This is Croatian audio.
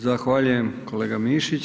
Zahvaljujem kolega Mišić.